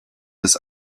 des